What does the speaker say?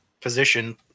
position